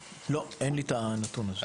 לא, אין לי את הנתון הזה.